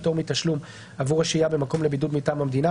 פטור מתשלום עבור השהייה במקום לבידוד מטעם המדינה,